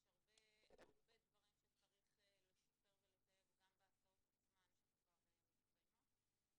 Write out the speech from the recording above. יש הרבה דברים שצריך לשפר ולטייב גם בהסעות עצמן שכבר מתקיימות,